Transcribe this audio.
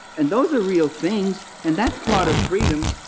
and those are real things. and that's part of freedom.